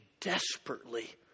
desperately